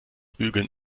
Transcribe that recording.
bügeln